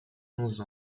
onze